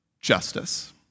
justice